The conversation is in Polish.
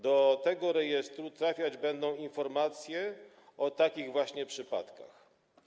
Do tego rejestru trafiać będą informacje o takich właśnie przypadkach.